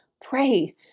pray